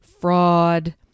fraud